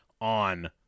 on